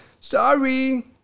sorry